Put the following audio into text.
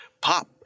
pop